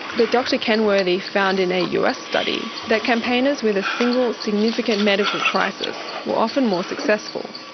but dr kenworthy found in a us study that campaigners with a single significant medical crisis were often more successful.